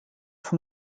van